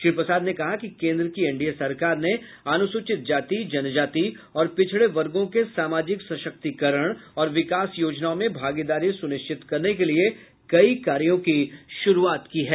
श्री प्रसाद ने कहा कि केन्द्र की एनडीए सरकार ने अनुसूचित जाति जनजाति और पिछड़े वर्गों के सामाजिक सशक्तीकरण और विकास योजनाओं में भागीदारी सुनिश्चित करने के लिए कई कार्यो की शुरूआत की है